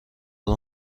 اون